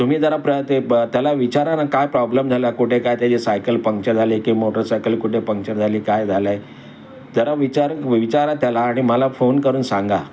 तुम्ही जरा प्र त्याला विचारा ना काय प्रॉब्लेम झाला कुठे काय त्याचे सायकल पंक्चर झाले की मोटरसायकल कुठे पंक्चर झाली काय झालं आहे जरा विचार विचारा त्याला आणि मला फोन करून सांगा